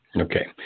Okay